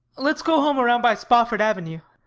let's go home around by spofford avenue,